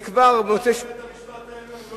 מה אכפת לבית-המשפט העליון,